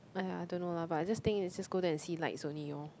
aiyah I don't know lah but I just think it's just go there and see lights only lor